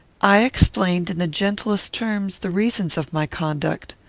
i explained in the gentlest terms the reasons of my conduct.